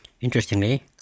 interestingly